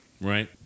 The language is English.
right